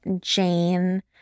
Jane